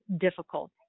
difficult